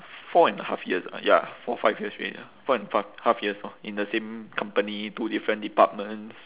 four and half years ya four five years already four and five half years orh in the same company two different departments